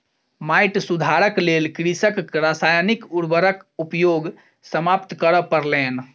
माइट सुधारक लेल कृषकक रासायनिक उर्वरक उपयोग समाप्त करअ पड़लैन